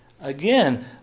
Again